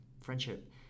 friendship